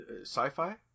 sci-fi